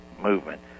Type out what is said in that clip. movement